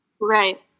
Right